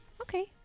okay